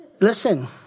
Listen